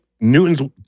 Newton's